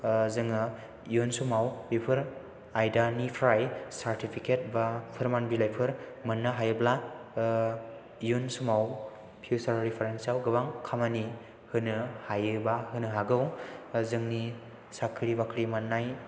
जोङो इयुन समाव बेफोर आयदानिफ्राय सार्टिफिकेट बा फोरमान बिलाइफोर मोननो हायोब्ला इयुन समाव फिउचार रेफारेन्सआव गोबां खामानि होनो हायोबा होनो हागौ जोंनि साख्रि बाख्रि मोननाय